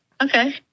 Okay